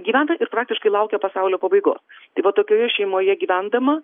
gyventa ir praktiškai laukia pasaulio pabaigos tai vat tokioje šeimoje gyvendama